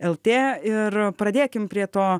lt ir pradėkim prie to